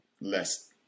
less